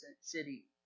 city